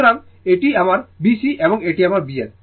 সুতরাং এটি আমার B C এবং এটি আমার B L